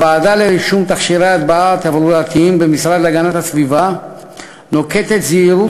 הוועדה לרישום תכשירי הדברה תברואתיים במשרד להגנת הסביבה נוקטת זהירות